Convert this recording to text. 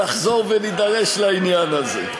נחזור ונידרש לעניין הזה.